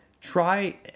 try